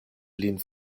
lin